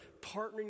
partnering